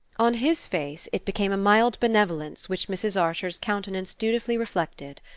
on his face it became a mild benevolence which mrs. archer's countenance dutifully reflected.